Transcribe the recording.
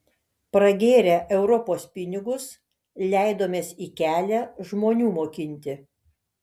pragėrę europos pinigus leidomės į kelią žmonių mokinti